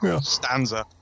stanza